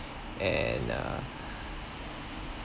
and uh